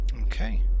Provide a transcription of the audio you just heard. okay